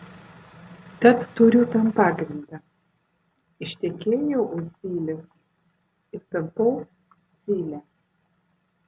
tad turiu tam pagrindą ištekėjau už zylės ir tapau zyle